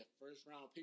first-round